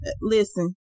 Listen